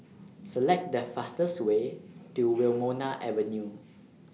Select The fastest Way to Wilmonar Avenue